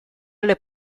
alle